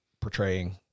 portraying